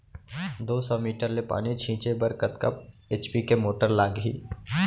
दो सौ मीटर ले पानी छिंचे बर कतका एच.पी के मोटर लागही?